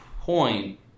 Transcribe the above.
point